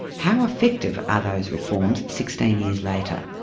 how effective are those reforms sixteen years later?